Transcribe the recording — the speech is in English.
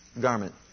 garment